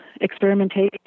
experimentation